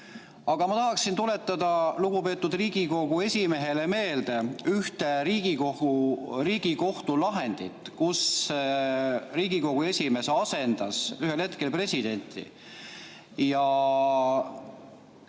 Aga ma tahaksin tuletada lugupeetud Riigikogu esimehele meelde ühte Riigikohtu lahendit, kus Riigikogu esimees asendas ühel hetkel presidenti ja